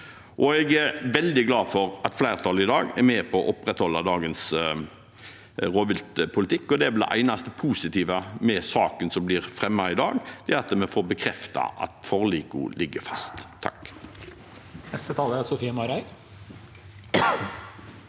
jeg er veldig glad for at flertallet i dag er med på å opprettholde dagens rovviltpolitikk. Det eneste positive med saken som blir fremmet i dag, er vel at vi får bekreftet at forlikene ligger fast. Sofie